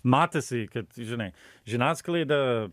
matosi kad žinai žiniasklaida